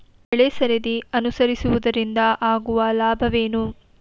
ಬೆಳೆಸರದಿ ಅನುಸರಿಸುವುದರಿಂದ ಆಗುವ ಲಾಭವೇನು?